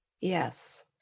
Yes